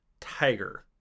tiger